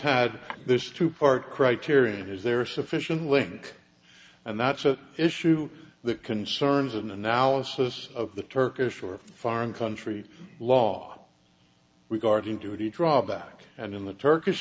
had this two part criterion is there sufficient link and that's an issue that concerns an analysis of the turkish or foreign country law regarding to the drawback and in the turkish